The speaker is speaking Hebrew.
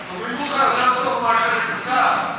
מאשר את השר.